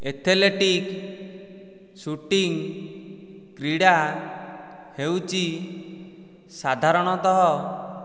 athletic shooting କ୍ରୀଡ଼ା ହେଉଛି ସାଧାରଣତଃ